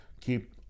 keep